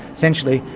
essentially,